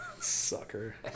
Sucker